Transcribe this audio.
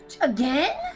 Again